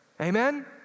amen